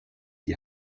die